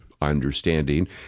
understanding